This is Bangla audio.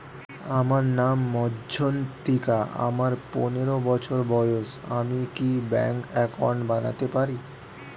আমার নাম মজ্ঝন্তিকা, আমার পনেরো বছর বয়স, আমি কি ব্যঙ্কে একাউন্ট বানাতে পারি?